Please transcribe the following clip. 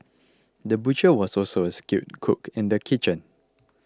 the butcher was also a skilled cook in the kitchen